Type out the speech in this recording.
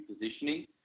positioning